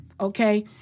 Okay